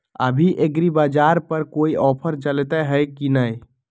अभी एग्रीबाजार पर कोई ऑफर चलतई हई की न?